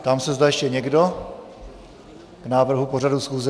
Ptám se, zda ještě někdo k návrhu pořadu schůze.